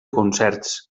concerts